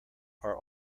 are